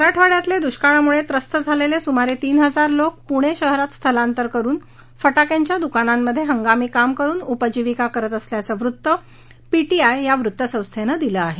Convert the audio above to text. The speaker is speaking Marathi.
मराठवाड्यातले दुष्काळामुळे त्रस्त झालेले सुमारे तीन हजार लोक पुणे शहरात स्थलांतर करून फटाक्यांच्या दुकानांमध्ये हंगामी काम करून उपजीविका करत असल्याचं वृत्त पीटीआयया वृत्तसंस्थेनं दिलं आहे